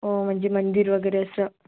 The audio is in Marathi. हो म्हणजे मंदिर वगैरे असं